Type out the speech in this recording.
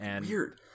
Weird